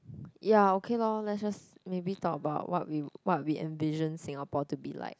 ya okay lor lets just maybe talk about what we what we envision Singapore to be like